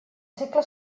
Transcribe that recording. segle